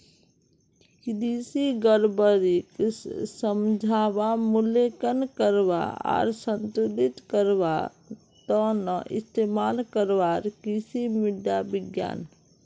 कृषि गड़बड़ीक समझवा, मूल्यांकन करवा आर संतुलित करवार त न इस्तमाल करवार कृषि मृदा विज्ञान